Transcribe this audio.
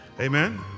Amen